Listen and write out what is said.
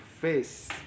face